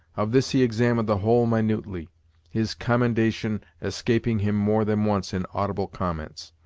of this he examined the whole minutely, his commendation escaping him more than once in audible comments.